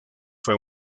fue